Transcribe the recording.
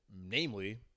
Namely